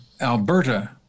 Alberta